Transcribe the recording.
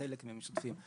חלק מן המשתתפים.